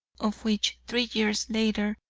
of which, three years later,